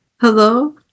hello